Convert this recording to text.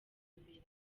mbere